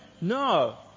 no